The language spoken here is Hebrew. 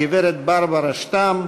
הגברת ברברה שטאם.